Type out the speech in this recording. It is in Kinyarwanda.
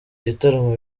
gitaramo